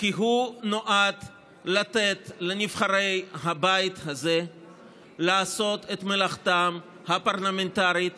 כי הוא נועד לתת לנבחרי הבית הזה לעשות את מלאכתם הפרלמנטרית